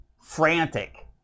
frantic